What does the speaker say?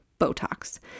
Botox